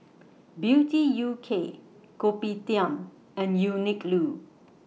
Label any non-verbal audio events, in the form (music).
(noise) Beauty U K Kopitiam and Uniqlo